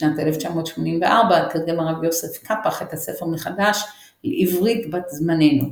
בשנת 1984 תרגם הרב יוסף קפאח את הספר מחדש לעברית בת זמנינו.